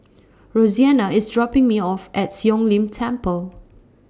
Roseanna IS dropping Me off At Siong Lim Temple